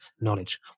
knowledge